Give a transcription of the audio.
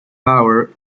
hour